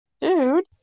Dude